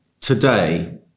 today